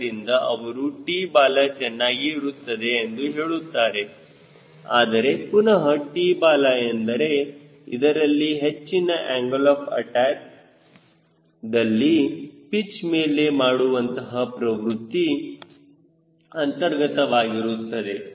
ಆದ್ದರಿಂದ ಅವರು T ಬಾಲ ಚೆನ್ನಾಗಿ ಇರುತ್ತದೆ ಎಂದು ಹೇಳುತ್ತಾರೆ ಆದರೆ ಪುನಹ T ಬಾಲ ಎಂದರೆ ಇದರಲ್ಲಿ ಹೆಚ್ಚಿನ ಆಂಗಲ್ ಆಫ್ ಅಟ್ಯಾಕ್ದಲ್ಲಿ ಪಿಚ್ ಮೇಲೆ ಮಾಡುವಂತಹ ಪ್ರವೃತ್ತಿ ಅಂತರ್ಗತವಾಗಿರುತ್ತದೆ